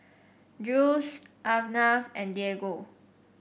Jules Arnav and Diego